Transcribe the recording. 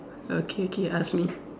okay okay ask me